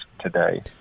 today